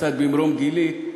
קצת ממרום גילי,